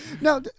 Now